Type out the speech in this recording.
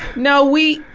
no we,